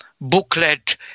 booklet